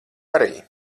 arī